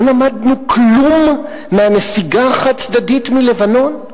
לא למדנו כלום מהנסיגה החד-צדדית מלבנון?